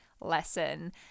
lesson